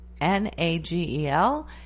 N-A-G-E-L